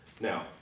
Now